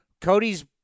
Cody's